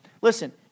Listen